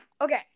Okay